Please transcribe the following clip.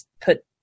put